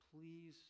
please